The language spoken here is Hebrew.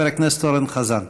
חבר הכנסת אורן חזן.